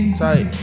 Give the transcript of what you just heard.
tight